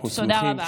תודה רבה.